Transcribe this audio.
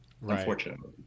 Unfortunately